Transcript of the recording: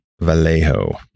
vallejo